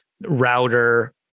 router